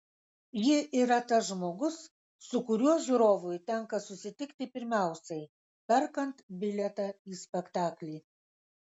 ji yra tas žmogus su kuriuo žiūrovui tenka susitikti pirmiausiai perkant bilietą į spektaklį